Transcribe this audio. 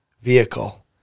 vehicle